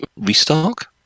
restock